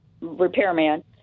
repairman